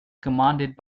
commanded